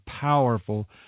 powerful